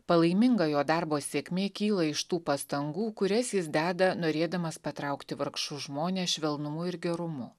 palaiminga jo darbo sėkmė kyla iš tų pastangų kurias jis deda norėdamas patraukti vargšus žmones švelnumu ir gerumu